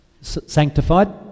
Sanctified